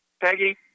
Peggy